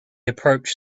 approached